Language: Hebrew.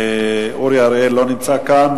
אורי אריאל לא נמצא כאן,